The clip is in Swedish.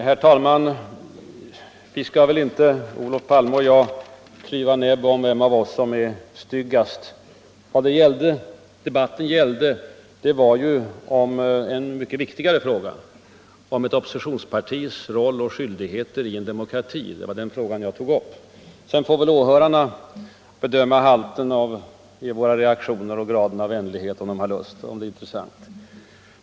Herr talman! Vi skall väl inte, Olof Palme och jag, klyva näbb om vem av oss som är styggast. Vad debatten gällde var ju en mycket viktigare fråga, nämligen ett oppositionspartis roll och skyldigheter i en demokrati. Det var den frågan jag tog upp. Sedan får väl åhörarna bedöma halten av våra reaktioner och graden av vänlighet, om de har lust.